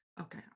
okay